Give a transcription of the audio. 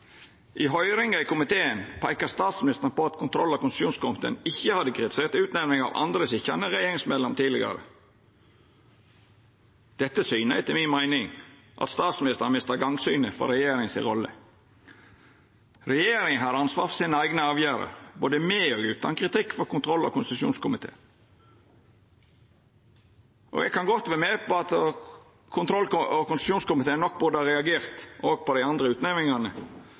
I høyringa i komiteen peika statsministeren på at kontroll- og konstitusjonskomiteen ikkje hadde kritisert utnemninga av andre sitjande regjeringsmedlemer tidlegare. Dette syner etter mi meining at statsministeren har mista gangsynet for regjeringa si rolle. Regjeringa har ansvaret for sine eigne avgjerder, både med og utan kritikk frå kontroll- og konstitusjonskomiteen. Eg kan godt vera med på at kontroll- og konstitusjonskomiteen nok burde ha reagert også på dei andre utnemningane,